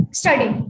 study